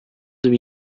deux